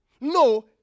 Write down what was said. No